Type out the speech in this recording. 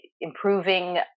improving